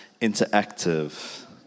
interactive